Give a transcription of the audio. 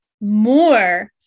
more